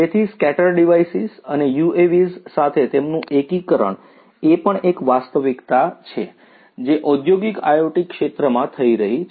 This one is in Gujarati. તેથી સ્કેટર ડિવાઇસિસ અને UAVs સાથે તેમનું એકીકરણ એ પણ એક વાસ્તવિકતા છે જે ઔંદ્યોગિક IoT ક્ષેત્રમાં થઈ રહી છે